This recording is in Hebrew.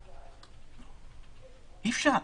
אי-אפשר.